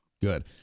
Good